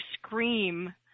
scream